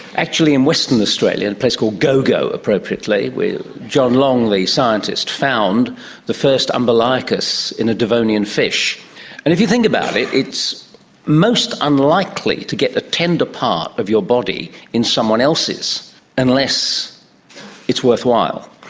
actually in western australia in a place called gogo, appropriately, where john long the scientist found the first umbilicus in a devonian fish. and if you think about it, it's most unlikely to get a tender part of your body in someone else's unless it's worthwhile.